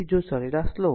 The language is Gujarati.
તેથી જો સરેરાશ લો